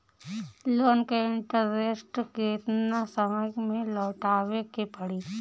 Loan के interest केतना समय में लौटावे के पड़ी?